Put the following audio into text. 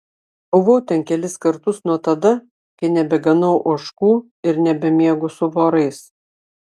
buvau ten kelis kartus nuo tada kai nebeganau ožkų ir nebemiegu su vorais